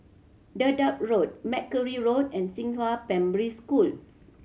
Dedap Road Mackerrow Road and Xinghua Primary School